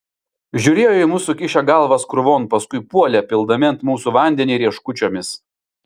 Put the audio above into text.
žiūrėjo į mus sukišę galvas krūvon paskui puolė pildami ant mūsų vandenį rieškučiomis